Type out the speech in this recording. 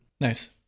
Nice